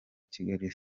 kigali